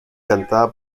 cantada